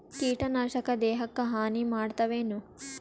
ಕೀಟನಾಶಕ ದೇಹಕ್ಕ ಹಾನಿ ಮಾಡತವೇನು?